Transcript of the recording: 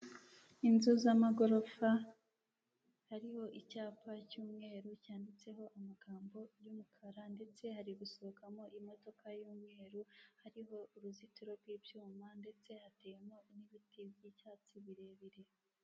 Inzu z'amagarofa yariho icyapa cy'umweru cyanditsemo amagambo y'umukara, ndetse hari gusohokamo imodoka y'umweru hariho uruzitiro rw'ibyuma, ndetse hateyemo n'ibiti by'icyatsi birebire.